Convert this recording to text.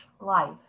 life